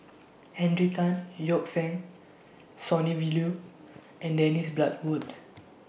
Henry Tan Yoke See Sonny V Liew and Dennis Bloodworth